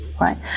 Right